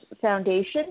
Foundation